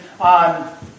on